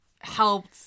helped